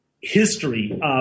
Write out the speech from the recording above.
history